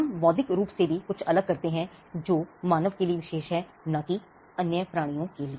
हम बौद्धिक रूप से भी कुछ अलग करते हैं जो मानव के लिए विशेष है न कि अन्य प्राणियों के लिए